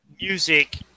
music